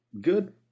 good